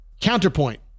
Counterpoint